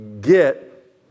get